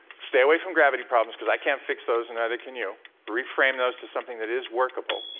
stay away from gravity problems because i can't fix those and neither can you reframe those to something that is workable.